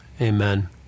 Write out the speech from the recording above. Amen